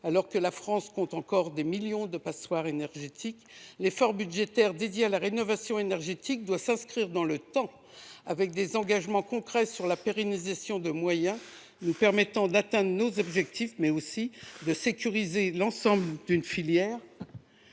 Alors que la France compte encore des millions de passoires énergétiques, l’effort budgétaire dédié à la rénovation énergétique doit s’inscrire dans le temps, avec des engagements concrets sur la pérennisation des moyens nous permettant d’atteindre nos objectifs, mais aussi de sécuriser l’ensemble d’une filière